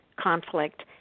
conflict